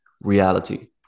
reality